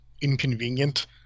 inconvenient